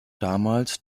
damals